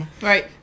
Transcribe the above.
Right